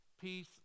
Peace